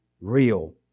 real